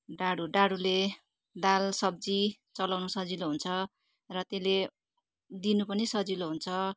डाडु डाडुले दाल सब्जी चलाउनु सजिलो हुन्छ र त्यसले दिनु पनि सजिलो हुन्छ